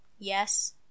Yes